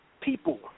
people